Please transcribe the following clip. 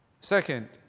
Second